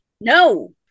No